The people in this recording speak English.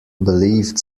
believed